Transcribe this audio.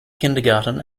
kindergarten